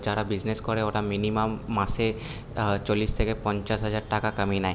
যারা বিজনেস করে ওরা মিনিমাম মাসে চল্লিশ থেকে পঞ্চাশ হাজার টাকা কামিয়ে নেয়